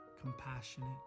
compassionate